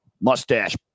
Mustache